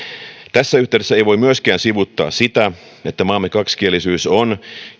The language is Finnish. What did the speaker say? tässä yhteydessä ei voi myöskään sivuuttaa sitä että maamme kaksikielisyys on